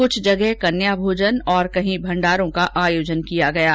कुछ जगह कन्या भोजन तो कहीं भंडारों का आयोजन किया जा रहा है